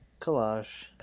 collage